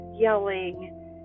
yelling